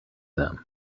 them